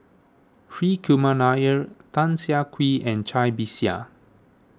Hri Kumar Nair Tan Siah Kwee and Cai Bixia